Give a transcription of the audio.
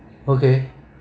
okay